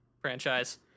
franchise